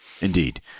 Indeed